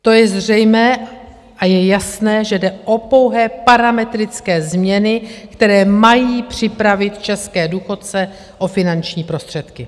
To je zřejmé a je jasné, že jde o pouhé parametrické změny, které mají připravit české důchodce o finanční prostředky.